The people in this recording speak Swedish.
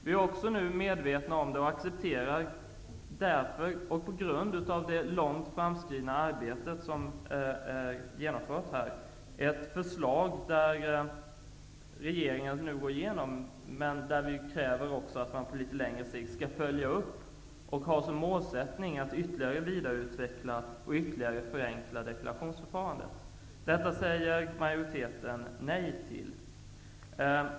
Vi är också medvetna om det, och därför accepterar vi förslaget på grund av det långt framskridna arbetet. Men vi kräver också att man på litet längre sikt skall göra en uppföljning och ha som målsättning att vidareutveckla och ytterligare förändra deklarationsförfarandet. Det säger majoriteten nej till.